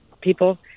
people